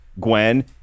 Gwen